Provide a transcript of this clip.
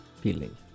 Feeling